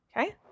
Okay